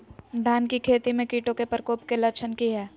धान की खेती में कीटों के प्रकोप के लक्षण कि हैय?